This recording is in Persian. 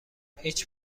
هیچ